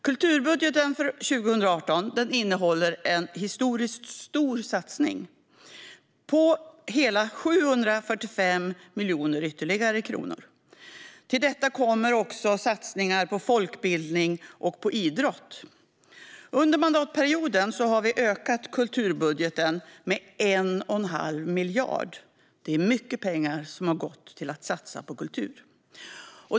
Kulturbudgeten för 2018 innehåller en historiskt stor satsning på ytterligare 745 miljoner kronor. Till detta kommer också satsningar på folkbildning och idrott. Under mandatperioden har vi ökat kulturbudgeten med 1 1⁄2 miljard. Det är mycket pengar som satsas på kultur.